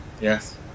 yes